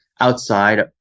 outside